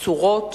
צורות,